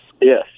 Yes